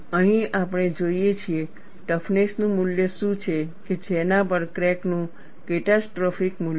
અહીં આપણે જોઈએ છીએ ટફનેસ નું મૂલ્ય શું છે કે જેના પર ક્રેકનું કેટાસ્ટ્રોફીક મૂલ્ય છે